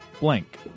blank